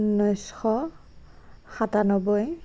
ঊনৈছশ সাতান্নবৈ